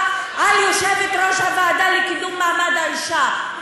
על יושבת-ראש הוועדה לקידום מעמד האישה.